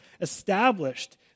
established